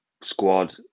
squad